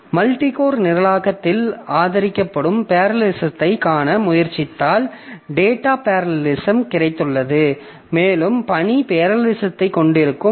multicore நிரலாக்கத்தில் ஆதரிக்கப்படும் பேரலலிசத்தைக் காண முயற்சித்தால் டேட்டா பேரலலிசம் கிடைத்துள்ளது மேலும் பணி பேரலலிசத்தைக் கொண்டிருக்கலாம்